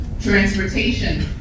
Transportation